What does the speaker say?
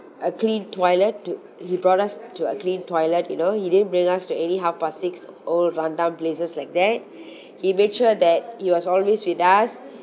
a clean toilet to he brought us to a clean toilet you know he didn't bring us to any half past six old run down places like that he made sure that he was always with us